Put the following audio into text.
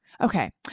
Okay